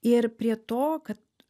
ir prie to kad